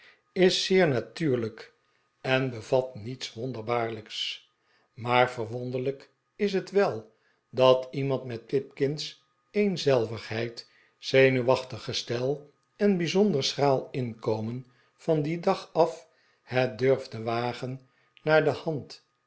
is zeer natuurlijk en bevat niets wonderbaarlijks maar verwonderlijk is het wel dat iernand met pipkin's eenzelvigheid zenuwachtig gestel en bijzonder schraal inkomen van dien dag af het durfde wagen naar de hand